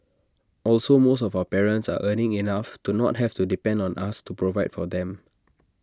also most of our parents are earning enough to not have to depend on us to provide for them